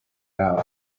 out